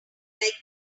like